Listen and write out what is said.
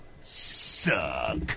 suck